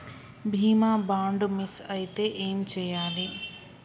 బీమా bond miss అయితే ఏం చేయాలి?